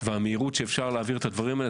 והמהירות שאפשר להעביר את הדברים האלה,